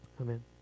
Amen